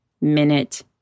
minute